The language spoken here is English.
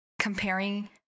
comparing